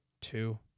two